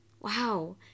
Wow